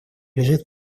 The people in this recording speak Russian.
лежит